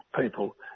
people